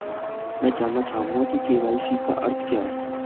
मैं जानना चाहूंगा कि के.वाई.सी का अर्थ क्या है?